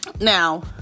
now